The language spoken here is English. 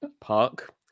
Park